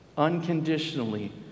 unconditionally